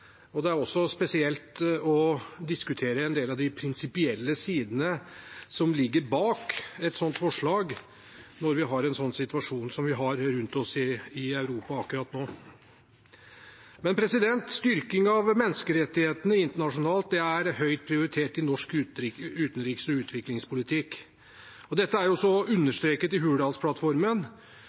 og det er også spesielt å diskutere en del av de prinsipielle sidene som ligger bak et sånt forslag, når vi har en situasjon som den vi har rundt oss i Europa akkurat nå. Styrking av menneskerettighetene internasjonalt er høyt prioritert i norsk utenriks- og utviklingspolitikk. Dette er også understreket i Hurdalsplattformen,